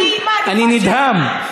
אני נדהם.